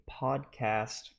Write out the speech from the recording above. podcast